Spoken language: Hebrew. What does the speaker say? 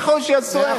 אם לא, שייקחו, שיעשו.